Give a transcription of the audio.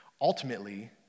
Ultimately